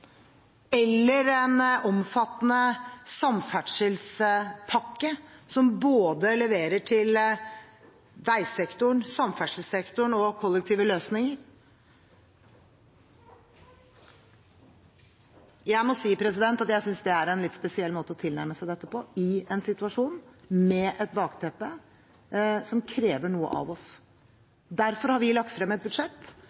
eller en omfattende samferdselspakke som leverer til veisektoren, til samferdselssektoren og til kollektive løsninger. Jeg må si at jeg synes det er en litt spesiell måte å tilnærme seg dette på, i en situasjon med et bakteppe som krever noe av oss. Derfor har vi lagt frem et budsjett